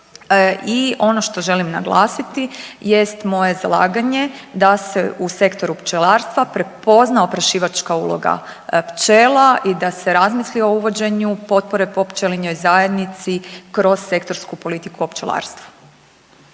I ono što želim naglasiti jest moje zalaganje da se u sektoru pčelarstva prepozna oprašivačka uloga pčela i da se razmisli o uvođenju potpore po pčelinoj zajednici kroz sektorsku politiku o pčelarstvu.